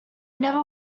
never